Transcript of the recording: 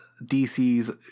DC's